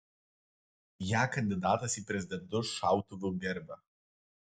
ją kandidatas į prezidentus šautuvu gerbia